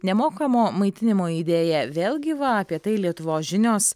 nemokamo maitinimo idėja vėl gyva apie tai lietuvos žinios